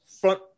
front